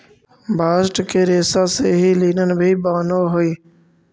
bast के रेसा से ही लिनन भी बानऽ हई